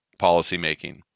policymaking